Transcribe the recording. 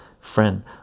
friend